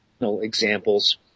examples